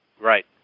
Right